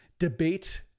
debate